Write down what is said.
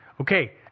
Okay